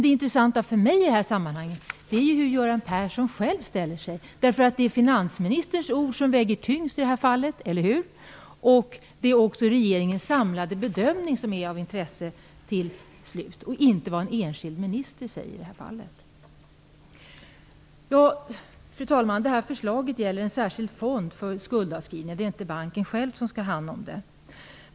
Det intressanta för mig i det här sammanhanget är ju hur Göran Persson själv ställer sig, därför att det är finansministerns ord som väger tyngst i det här fallet - eller hur? - och det är också regeringens samlade bedömning som är av intresse, inte vad en enskild minister säger. Fru talman! Det här förslaget gäller en särskild fond för skuldavskrivningar. Det är inte banken själv som skall ha hand om det.